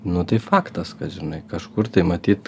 nu tai faktas kad žinai kažkur tai matyt